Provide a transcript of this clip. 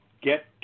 get